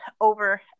over